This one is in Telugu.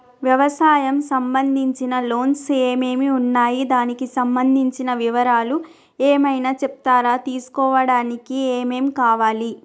వ్యవసాయం సంబంధించిన లోన్స్ ఏమేమి ఉన్నాయి దానికి సంబంధించిన వివరాలు ఏమైనా చెప్తారా తీసుకోవడానికి ఏమేం కావాలి?